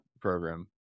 program